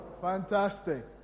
Fantastic